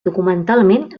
documentalment